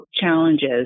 challenges